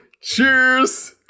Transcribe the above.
Cheers